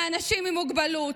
לאנשים עם מוגבלות,